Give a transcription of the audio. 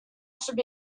should